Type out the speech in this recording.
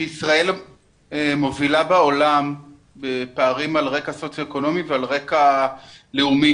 ישראל מובילה בעולם בפערים על רקע סוציו אקונומי ועל רקע לאומי,